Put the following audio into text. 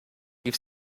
rief